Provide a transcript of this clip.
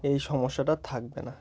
এই সমস্যাটা আর থাকবে না